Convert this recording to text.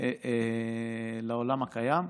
לעולם הקיים.